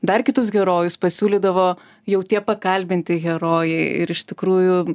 dar kitus herojus pasiūlydavo jau tie pakalbinti herojai ir iš tikrųjų